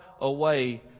away